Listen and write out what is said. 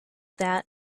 that